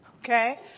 Okay